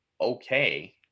okay